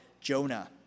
Jonah